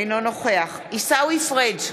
אינו נוכח עיסאווי פריג'